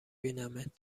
بینمت